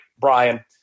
Brian